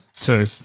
Two